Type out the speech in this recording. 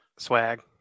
swag